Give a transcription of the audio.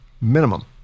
minimum